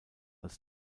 als